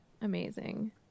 amazing